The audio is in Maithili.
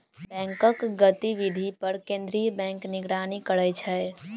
बैंकक गतिविधि पर केंद्रीय बैंक निगरानी करै छै